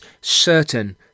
certain